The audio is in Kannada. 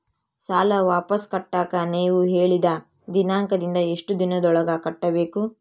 ಸಾಲ ವಾಪಸ್ ಕಟ್ಟಕ ನೇವು ಹೇಳಿದ ದಿನಾಂಕದಿಂದ ಎಷ್ಟು ದಿನದೊಳಗ ಕಟ್ಟಬೇಕು?